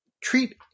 treat